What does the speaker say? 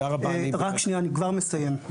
רק שנייה, אני כבר מסיים,